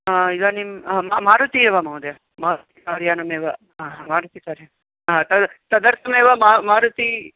इदानीं मारुती एव महोदय मारुति कार् यानमेव मारुति कार् यानं तत् तदर्थमेव मा मारुती